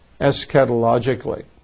eschatologically